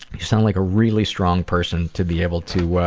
you sound like a really strong person to be able to